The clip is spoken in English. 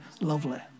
lovely